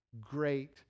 great